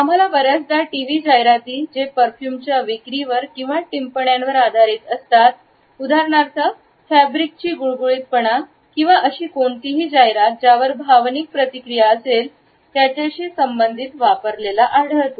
आम्हाला बर्याचदा टीव्ही जाहिराती जे परफ्यूमच्या विक्रीवर किंवा टिप्पण्यांवर आधारित असतात उदाहरणार्थ फॅब्रिकची गुळगुळीतपणा किंवा अशी कोणतीही जाहिरात ज्यावर भावनिक प्रतिक्रिया असेल त्याच्याशी संबंधित वापरलेला आढळतो